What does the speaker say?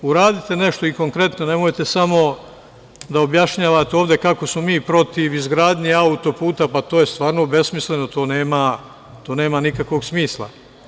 Uradite nešto i konkretno, nemojte samo da objašnjavate ovde kako smo mi protiv izgradnje auto-puta, jer to je stvarno besmisleno, to nema nikakvog smisla.